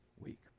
week